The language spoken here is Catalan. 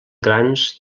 grans